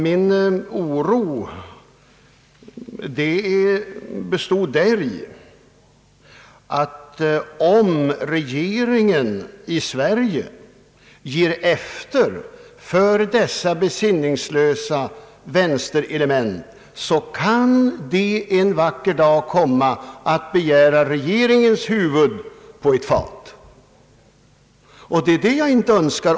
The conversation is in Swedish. Min oro bestod i uppfattningen att om regeringen i Sverige ger efter för dessa besinningslösa vänsterelement, så kan de en vacker dag komma att begära regeringens huvud på ett fat, och det är det jag inte önskar.